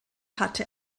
hatte